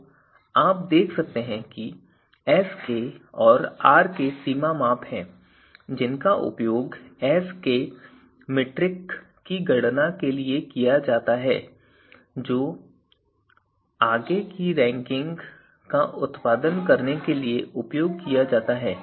तो आप देख सकते हैं कि Sk और Rk सीमा माप हैं जिनका उपयोग Qk मीट्रिक की गणना के लिए किया जाता है जो आगे रैंकिंग का उत्पादन करने के लिए उपयोग किया जाता है